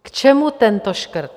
K čemu tento škrt?